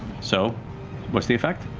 so what's the effect?